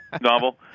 novel